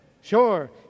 Sure